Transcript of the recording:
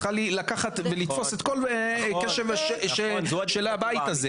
אני חושב שוועדת המטרו צריכה לקחת ולתפוס את כל הקשב של הבית הזה.